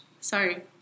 Sorry